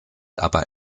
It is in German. aber